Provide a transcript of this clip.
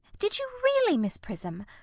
did you really, miss prism?